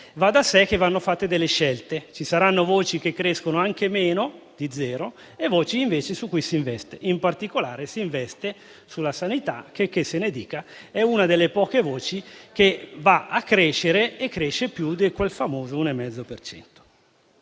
va da sé che vanno fatte delle scelte, ci saranno voci che crescono anche meno (di zero) e voci invece su cui si investe. In particolare, si investe sulla sanità - checché se ne dica - che è una delle poche voci che va a crescere e cresce più di quel famoso 1,5